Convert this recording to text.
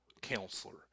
counselor